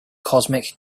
cosmic